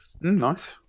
Nice